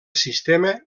sistema